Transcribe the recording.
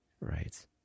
Right